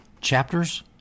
chapters